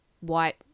white